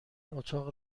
اتاق